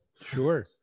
sure